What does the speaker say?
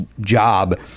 job